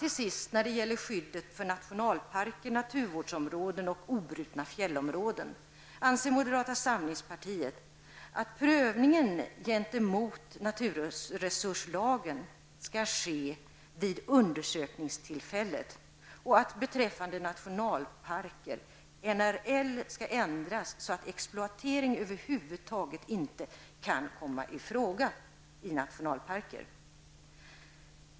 Till sist: När det gäller skyddet för nationalparker, naturvårdsområden och obrutna fjällområden anser moderata samlingspartiet att prövningen gentemot naturresurslagen skall ske vid undersökningstillfället och att NRL beträffande nationalparker ändras så, att exploatering över huvud taget inte kan komma i fråga.